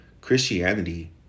Christianity